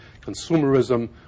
consumerism